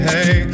Hey